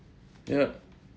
yup